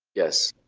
yes.